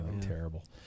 terrible